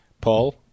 Paul